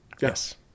Yes